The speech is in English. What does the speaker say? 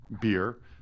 Beer